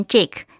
Jake